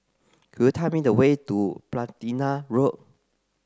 could you tell me the way to Platina Road